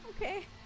Okay